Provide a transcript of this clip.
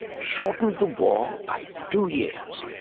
shortened the war by two years.